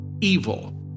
evil